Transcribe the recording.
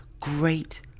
great